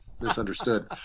Misunderstood